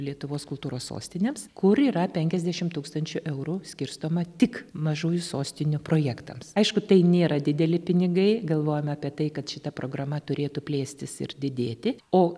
lietuvos kultūros sostinėms kur yra penkiasdešim tūkstančių eurų skirstoma tik mažųjų sostinių projektams aišku tai nėra dideli pinigai galvojam apie tai kad šita programa turėtų plėstis ir didėti o